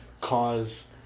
cause